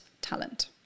talent